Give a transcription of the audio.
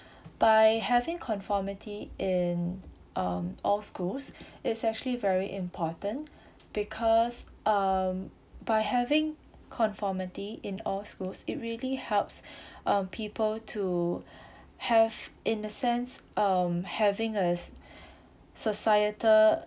by having conformity in um all schools it's actually very important because um by having conformity in all schools it really helps um people to have in a sense um having a s~ societal